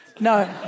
No